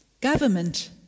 Government